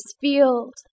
field